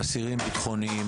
אסירים בטחוניים